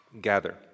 gather